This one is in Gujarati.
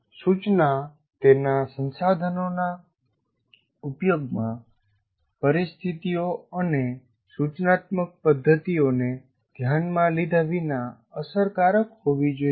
સૂચના તેના સંસાધનોના ઉપયોગમાં પરિસ્થિતિઓ અને સૂચનાત્મક પદ્ધતિઓને ધ્યાનમાં લીધા વિના અસરકારક હોવી જોઈએ